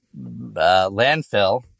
Landfill